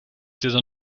dieser